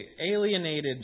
alienated